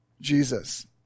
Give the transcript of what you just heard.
Jesus